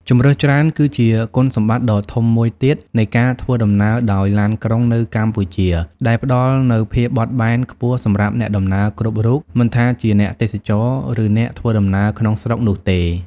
ជម្រើសច្រើន គឺជាគុណសម្បត្តិដ៏ធំមួយទៀតនៃការធ្វើដំណើរដោយឡានក្រុងនៅកម្ពុជា ដែលផ្តល់នូវភាពបត់បែនខ្ពស់សម្រាប់អ្នកដំណើរគ្រប់រូប មិនថាជាអ្នកទេសចរ ឬអ្នកធ្វើដំណើរក្នុងស្រុកនោះទេ។